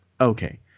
Okay